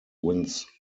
wins